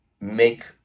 make